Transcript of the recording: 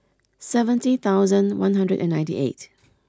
seventy thousand one hundred and ninety eight